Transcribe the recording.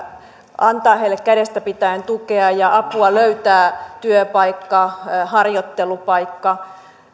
antaa heille kädestä pitäen tukea ja apua löytää työpaikka harjoittelupaikka